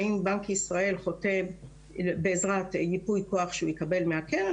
האם בנק ישראל חותם בעזרת ייפוי כוח שהוא יקבל מהקרן,